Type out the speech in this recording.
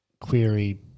query